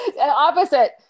Opposite